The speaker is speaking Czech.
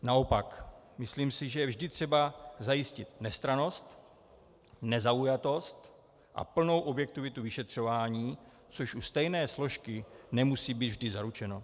Naopak, myslím si, že vždy je třeba zajistit nestrannost, nezaujatost a plnou objektivitu vyšetřování, což u stejné složky nemusí být vždy zaručeno.